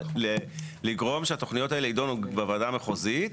זה לגרום שהתוכניות האלה יידונו בוועדה המחוזית,